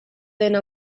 dena